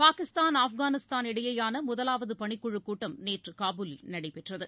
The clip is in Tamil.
பாகிஸ்தான் ஆப்கானிஸ்தான் இடையேயானமுதலாவதுபணிக்குழுக் கூட்டம் நேற்றுகாபூலில் நடைபெற்றது